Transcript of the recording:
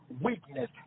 weakness